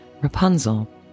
Rapunzel